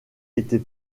était